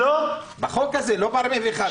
בחוק הזה, לא ב-41.